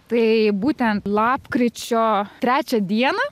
tai būtent lapkričio trečią dieną